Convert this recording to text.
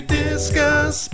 discuss